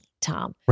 Tom